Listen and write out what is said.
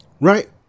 right